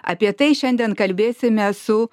apie tai šiandien kalbėsime su